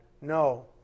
No